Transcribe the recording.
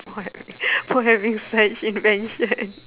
for having such invention